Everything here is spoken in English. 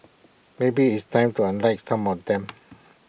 maybe it's time to unlike some of them